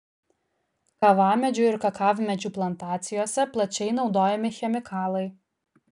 kavamedžių ir kakavmedžių plantacijose plačiai naudojami chemikalai